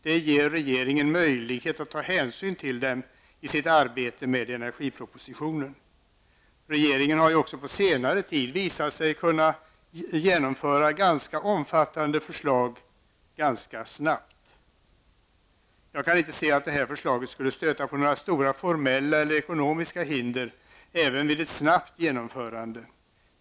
Det ger regeringen möjlighet att ta hänsyn till dem i sitt arbete med energipropositionen. Regeringen har ju också på senare tid visat sig kunna genomföra relativt omfattande förslag ganska snabbt. Jag kan inte se att detta förslag skulle stöta på några stora formella eller ekonomiska hinder även vid ett snabbt genomförande.